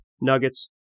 Nuggets